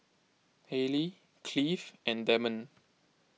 Hallie Cleave and Demond